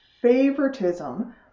favoritism